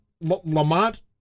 Lamont